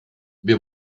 wir